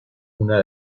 una